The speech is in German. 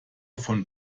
von